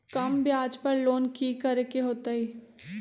कम ब्याज पर लोन की करे के होतई?